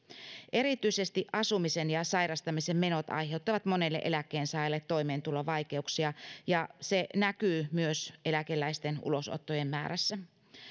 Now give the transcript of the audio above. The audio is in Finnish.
erityisesti asumisen ja sairastamisen menot aiheuttavat monelle eläkkeensaajalle toimeentulovaikeuksia ja se näkyy myös eläkeläisten ulosottojen määrässä